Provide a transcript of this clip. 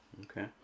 Okay